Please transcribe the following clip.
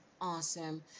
Awesome